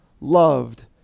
loved